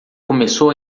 começou